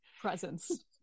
Presence